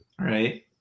right